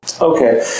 Okay